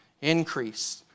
increase